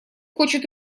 хочет